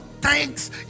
thanks